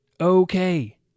okay